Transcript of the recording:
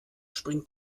springt